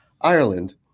Ireland